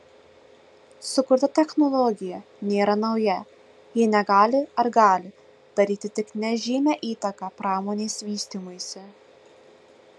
sukurta technologija nėra nauja ji negali ar gali daryti tik nežymią įtaką pramonės vystymuisi